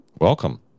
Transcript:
Welcome